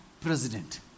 president